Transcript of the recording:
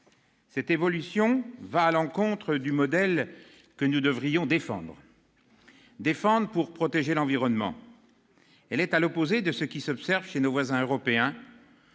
Cette évolution va à l'encontre du modèle que nous devrions défendre pour protéger l'environnement. Elle est à l'opposé de ce qui s'observe chez nos voisins européens,